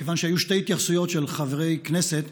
מכיוון שהיו שתי התייחסויות של חברי כנסת,